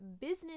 business